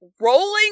rolling